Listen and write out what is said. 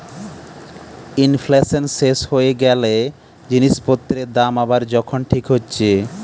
inflation শেষ হয়ে গ্যালে জিনিস পত্রের দাম আবার যখন ঠিক হচ্ছে